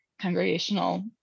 congregational